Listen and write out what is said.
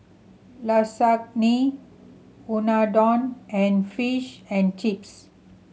Lasagne Unadon and Fish and Chips